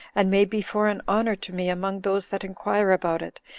and may be for an honor to me among those that inquire about it,